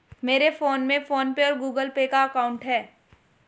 मेरे फोन में PhonePe और गूगल पे का अकाउंट है